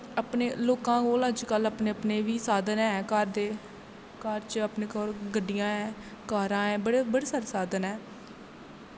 लोकां कोल अज कल अपने अपने साधन बी हैं अजकल घर च अपने कोल गड्डियां ऐं कारां ऐं बड़े सारे साधन ऐं